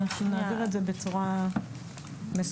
אנחנו נעביר את זה בצורה מסודרת.